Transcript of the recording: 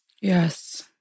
Yes